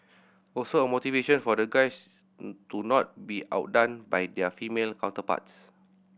also a motivation for the guys to not be outdone by their female counterparts